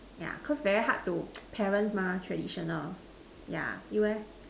yeah cause very hard to parents mah traditional yeah you eh